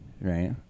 right